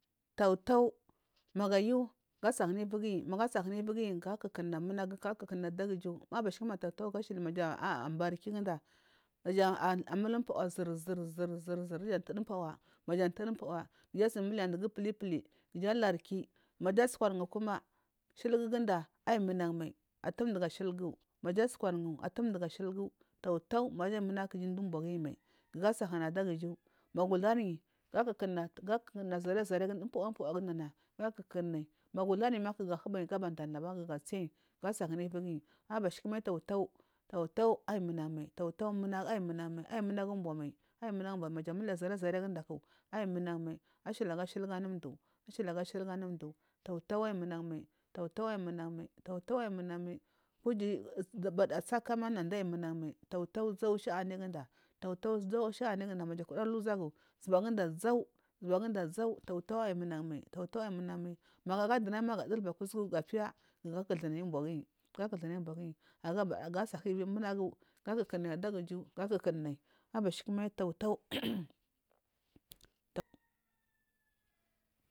Tautau maguyu gasaguna vigiyi magu sahuna viguyi guda munagu gakukuna adaguju abusukumal tautau majashili barkiju naja mutumpawa zurzur zur zur duja tudu umpawa ja tudu pawa jasamuliya duga pulipuli da harmi maja sukwaran kuma. Shiliguda anyi munagu mole atumdu gashiligu maja sukwarungu a thumduja shilgu tautau naja muragu kuja dunumboguyimal gaasahuma adapuju magu uhariyi ga kukuma zari zari giayarda umpawagudayarda magu ularyi gahuba gaba dalda ga tsi gasahuna turi abashikumai tautau tautau ayi mungal mai tautau aiyi munagu mai aiyi munagu umbamai aiyi munagu umbomal maja muliya zarizarigudaku ay munagu mai aiyi mundagu ashiliga shiligu anumchi ashiliya shiligu anumdu tautau aiyi munagumai tautau ayimunagu mai tautau ayi munagu mai kuji bada tsaka ma nadayi munagumai tautau tautau zami shaniguda tautaugau shanigunda maja kudu luzagu jubaguda zani zubaguda zani tautau ayi munagu mai tautau ayi munagu mai magu agodunnama dulbada kuzugu gafiya kiya kuthunayi umboguyi gakuthunayi umboguyi agabada ga sahuv munagu gakukunayi adagigu ga kukunayi abashikumai tau tau tautau.